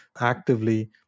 actively